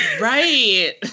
Right